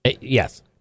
Yes